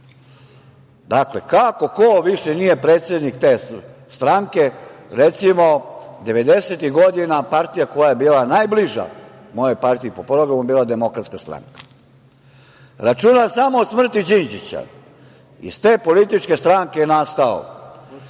sobom? Dakle, kako ko više nije predsednik te stranke, recimo 90-ih godina, partija koja je bila najbliža mojoj partiji po programu je bila DS. Računam samo od smrti Đinđića, iz te političke stranke je nastao